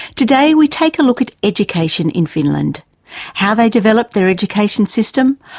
today we take a look at education in finland how they developed their education system,